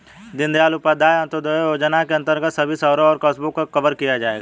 दीनदयाल उपाध्याय अंत्योदय योजना के अंतर्गत सभी शहरों और कस्बों को कवर किया जाएगा